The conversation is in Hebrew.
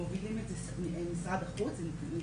מובילים את זה משרד החוץ,